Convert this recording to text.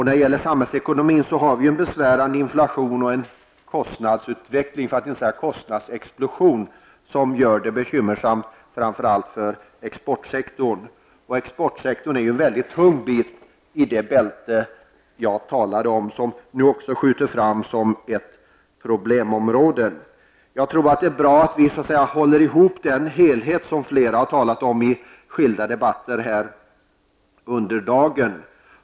När det gäller samhällsekonomin har vi en besvärande inflation och en kostnadsutveckling, för att inte säga kostnadsexplosion, som gör det bekymmersamt, framför allt för exportsektorn, som ju är en mycket tung bit i det bälte som jag talade om och som nu skjuter fram som ett problemområde. Det vore bra om vi kunde hålla ihop den helhet som flera har talat om i olika debatter under dagen.